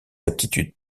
aptitudes